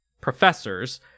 professors